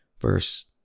Verse